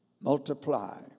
multiply